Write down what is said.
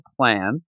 plan